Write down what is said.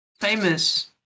Famous